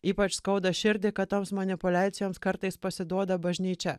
ypač skauda širdį kad toms manipuliacijoms kartais pasiduoda bažnyčia